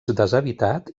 deshabitat